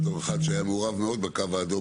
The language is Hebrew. בתור אחד שהיה מעורב מאוד ב"קו האדום"